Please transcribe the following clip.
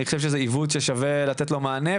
אני חושב שזה עיוות ששווה לתת לו מענה.